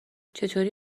چطوری